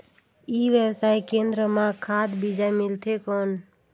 ई व्यवसाय केंद्र मां खाद बीजा मिलथे कौन?